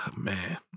Man